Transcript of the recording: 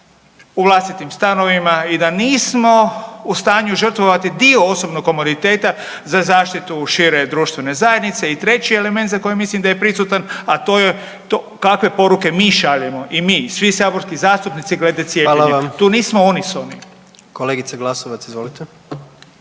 u vlastitim stanovima i da nismo u stanju žrtvovati dio osobnog komoditeta za zaštitu šire društvene zajednice. I treći element za koji mislim da je prisutan, a to je kakve poruke mi šaljemo i mi svi saborski zastupnici glede cijepljenja …/Upadica: Hvala vam./… tu nismo unisoni.